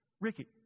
Ricky